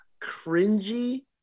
cringy